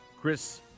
Chris